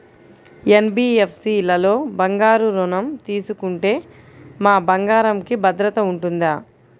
NBFC లలో బంగారు ఋణం తీసుకుంటే మా బంగారంకి భద్రత ఉంటుందా?